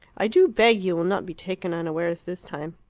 i do beg you will not be taken unawares this time.